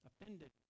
Offended